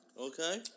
Okay